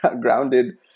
grounded